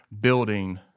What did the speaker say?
building